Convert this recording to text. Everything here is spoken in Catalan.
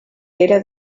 era